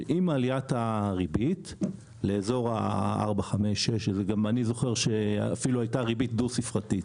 שעם עליית הריבית לכ-6-5-4 אני אפילו זוכר שהייתה ריבית דו-ספרתית